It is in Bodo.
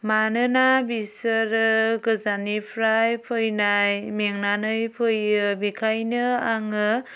मानोना बिसोरो गोजाननिफ्राय फैनाय मेंनानै फैयो बेखायनो आङो